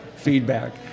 feedback